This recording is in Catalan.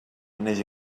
neix